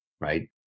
right